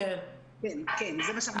מיכל: כן, זה מה שאמרתי.